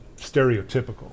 stereotypical